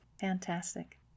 Fantastic